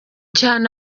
cyane